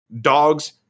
dogs